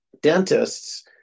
Dentists